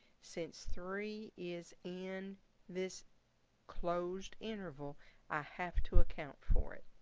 since three is in this closed interval i have to account for it.